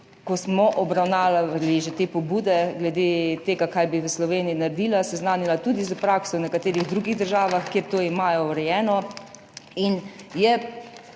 ko smo že obravnavali pobude glede tega, kaj bi v Sloveniji naredili, seznanila tudi s prakso v nekaterih drugih državah, kjer to imajo urejeno, in je